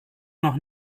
noch